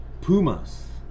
Pumas